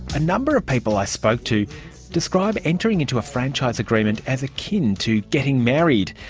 a number of people i spoke to describe entering into a franchise agreement as akin to getting married.